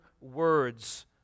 words